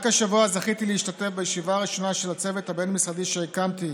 רק השבוע זכיתי להשתתף בישיבה הראשונה של הצוות הבין-משרדי שהקמתי